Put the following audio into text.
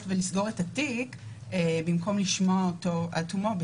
ולסגור את התיק במקום לשמוע אותו עד תומו,